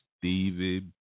Stevie